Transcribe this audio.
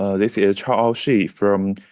ah this is chaoao shi from.